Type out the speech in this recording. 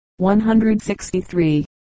163